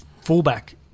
fullback